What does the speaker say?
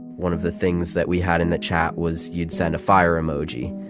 one of the things that we had in the chat was you'd send a fire emoji,